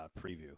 preview